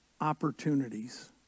opportunities